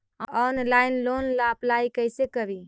Online loan ला apply कैसे करी?